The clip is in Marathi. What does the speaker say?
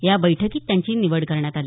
या बैठकीत त्यांची निवड करण्यात आली